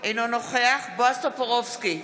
אינו נוכח בועז טופורובסקי,